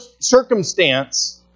circumstance